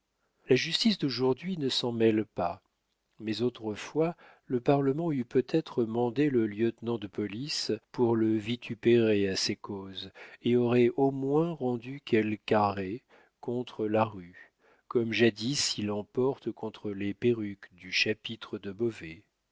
la justice d'aujourd'hui ne s'en mêle pas mais autrefois le parlement eût peut-être mandé le lieutenant de police pour le vitupérer à ces causes et aurait au moins rendu quelque arrêt contre la rue comme jadis il en porta contre les perruques du chapitre de beauvais